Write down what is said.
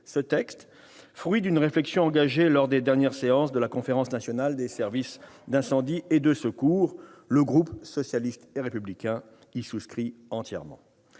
ce texte, fruit d'une réflexion engagée lors des dernières séances de la Conférence nationale des services d'incendie et de secours, et auquel le groupe socialiste et républicain souscrit entièrement.